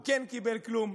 או כן קיבל כלום,